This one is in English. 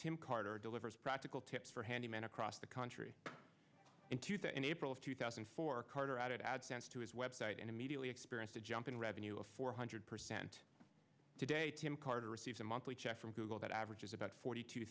tim carter delivers practical tips for handymen across the country into the in april of two thousand and four carter added advantage to his website and immediately experienced a jump in revenue of four hundred percent today tim carter receives a monthly check from google that averages about forty two